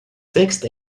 text